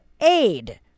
aid